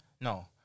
No